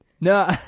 no